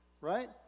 Right